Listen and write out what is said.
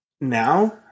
now